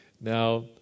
Now